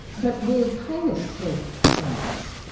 but we're pious toward science.